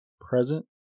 present